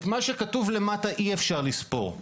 את מה שכתוב למטה אי-אפשר לספור.